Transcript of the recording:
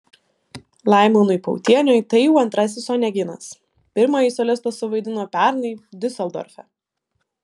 laimonui pautieniui tai jau antrasis oneginas pirmąjį solistas suvaidino pernai diuseldorfe